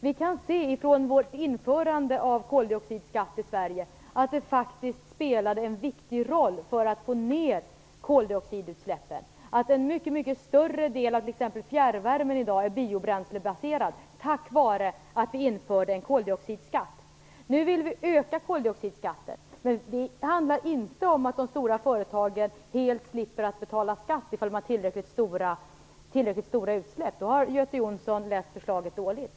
Vi kan se från införandet av koldioxidskatt i Sverige att det faktiskt spelade en viktig roll för att nå ned koldioxidutsläppen. En mycket större del av t.ex. fjärrvärmen är i dag biobränslebaserad tack vare att vi införde en koldioxidskatt. Nu vill vi öka koldioxidskatten. Men det handlar inte om att de stora företagen helt slipper att betala skatt om de har tillräckligt stora utsläpp. Om Göte Jonsson tror det har han läst förslaget dåligt.